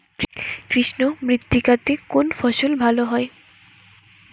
কৃষ্ণ মৃত্তিকা তে কোন ফসল ভালো হয়?